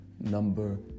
number